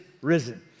Risen